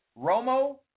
Romo